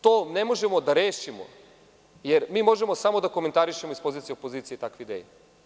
To ne možemo da rešimo, jer mi možemo samo da komentarišemo iz pozicije opozicije takvu ideju.